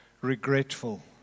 regretful